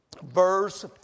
Verse